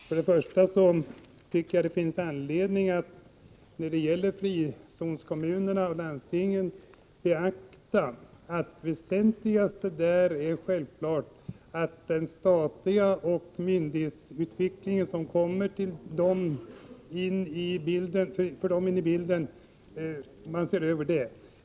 När det gäller frizonskommunerna och landstingen tycker jag att det finns anledning att beakta att det väsentligaste självfallet är att man ser över den statliga myndighetsutveckling som kommer in i bilden för dem.